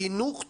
חינוך טוב,